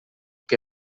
que